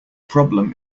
problem